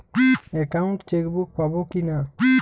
Account chequebook পাবো কি না?